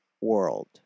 world